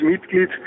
Mitglied